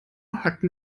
hatten